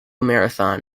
marathon